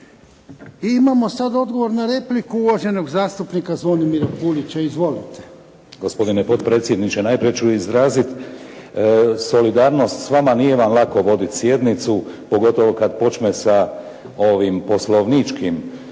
I imamo sada odgovor na repliku uvaženog zastupnika Zvonimira Puljića. Izvolite. **Puljić, Zvonimir (HDZ)** Gospodine potpredsjedniče, najprije ću izraziti solidarnost s vama, nije vam lako voditi sjednicu pogotovo kada počne sa ovim poslovničkom